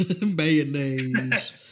Mayonnaise